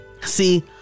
see